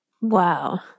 Wow